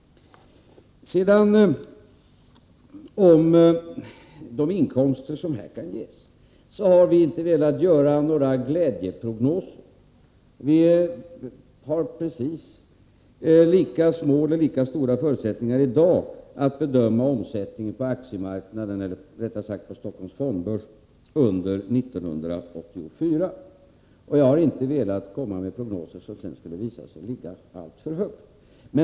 Beträffande de inkomster som detta kan ge har vi inte velat göra några glädjeprognoser. Vi har precis lika små eller lika stora förutsättningar i dag som vid det tidigare tillfället att bedöma vilken omsättning det blir på Stockholms fondbörs under 1984. Jag har inte velat komma med prognoser som sedan visar sig ligga alltför högt.